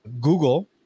Google